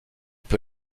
peut